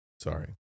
Sorry